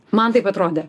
man taip atrodė